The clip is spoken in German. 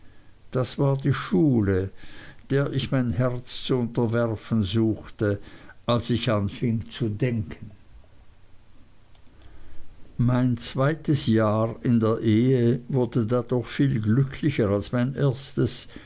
das war die schule der ich mein herz zu unterwerfen versuchte als ich anfing zu denken mein zweites jahr in der ehe wurde dadurch viel glücklicher als mein erstes